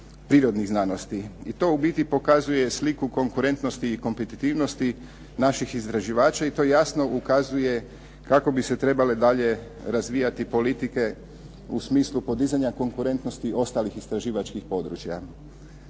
i to u biti pokazuje sliku konkurentnosti i kompetitivnosti naših istraživača i to jasno ukazuje kako bi se trebale dalje razvijati politike u smislu podizanja konkurentnosti ostalih istraživačkih područja.